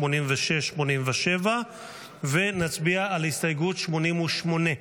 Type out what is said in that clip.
86 87. נצביע על הסתייגות 88,